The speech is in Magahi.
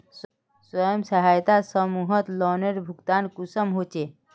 स्वयं सहायता समूहत लोनेर भुगतान कुंसम होचे?